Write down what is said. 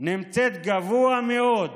נמצאת גבוה מאוד,